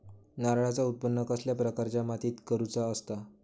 नारळाचा उत्त्पन कसल्या प्रकारच्या मातीत करूचा असता?